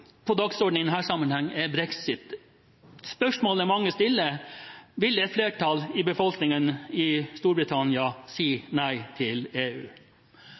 på dagsordenen i denne sammenhengen er Brexit. Spørsmålet mange stiller, er: Vil et flertall i befolkningen i Storbritannia si nei til EU?